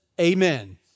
amen